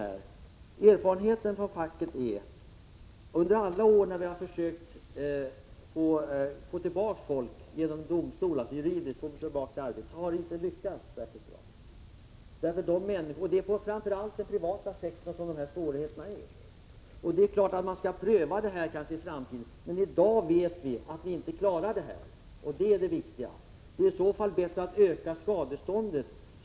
Fackets erfarenhet är att under alla år som vi har försökt hjälpa folk att på juridisk väg, via domstolsförhand 41 lingar, återfå arbetet har vi inte lyckats särskilt bra. Det är framför allt inom den privata sektorn som dessa svårigheter finns. Man kanske skall pröva strängare sanktioner i framtiden, men i dag vet vi att vi inte på det sättet lyckas klara av problemen, och det är det viktiga. Det är bättre att öka skadestånden.